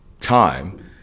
time